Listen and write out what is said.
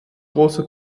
große